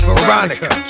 Veronica